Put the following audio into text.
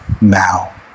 now